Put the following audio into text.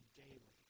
daily